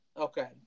Okay